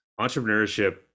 entrepreneurship